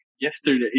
yesterday